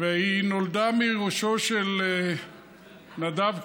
והיא נולדה מראשו של נדב כהן,